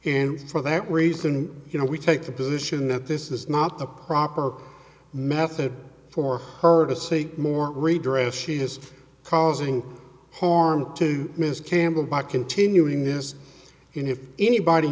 and for that reason you know we take the position that this is not the proper method for her to seek more redress she is causing harm to ms campbell by continuing this in if anybody